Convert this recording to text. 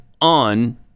on